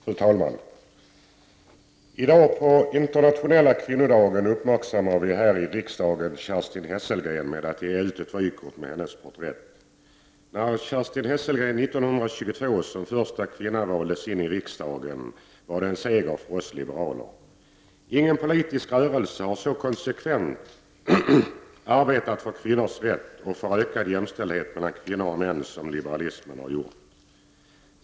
Fru talman! I dag, på internationella kvinnodagen, uppmärksammar vi här i riksdagen Kerstin Hesselgren med att ge ut ett vykort med hennes porträtt. När Kerstin Hesselgren 1922 som första kvinna valdes in riksdagen var det en seger för oss liberaler. Ingen politisk rörelse har så konsekvent arbetat för kvinnors rätt och för ökad jämställdhet mellan kvinnor och män som liberalismen har gjort.